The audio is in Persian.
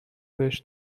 بهش